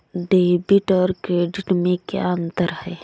Debit और credit में क्या अंतर है?